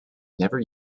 never